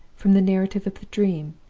from the narrative of the dream,